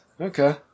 Okay